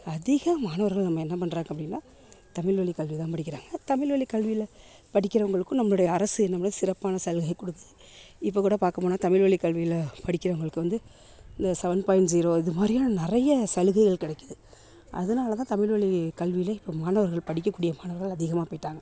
அதிக மாணவர்கள் நம்ம என்ன பண்றாங்க அப்படினா தமிழ் வழிக் கல்வி தான் படிக்கிறாங்க தமிழ் வழிக் கல்வியில் படிக்கிறவங்களுக்கும் நம்மளுடைய அரசு என்ன பண்ணுது சிறப்பான சலுகை கொடுக்குது இப்போ கூட பார்க்கப்போனா தமிழ் வழிக் கல்வியில் படிக்கிறவங்களுக்கு வந்து இந்த சவன் பாய்ண்ட் ஸீரோ இது மாதிரியான நிறைய சலுகைகள் கிடைக்குது அதனால தான் தமிழ் வழிக் கல்வியில் இப்போ மாணவர்கள் படிக்கக் கூடிய மாணவர்கள் அதிகமாக போயிட்டாங்க